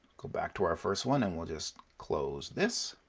go back to our first one and we'll just close this.